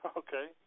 okay